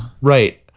Right